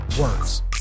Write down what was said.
words